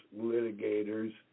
litigators